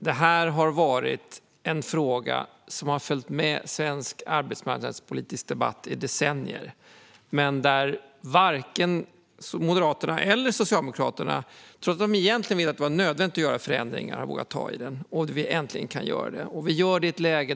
Detta har varit en fråga som har följt med svensk arbetsmarknadspolitisk debatt i decennier men som varken Moderaterna eller Socialdemokraterna, trots att de egentligen vetat att det var nödvändigt att göra förändringar, har vågat ta i. Äntligen kan vi göra det.